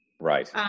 right